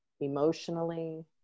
emotionally